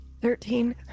Thirteen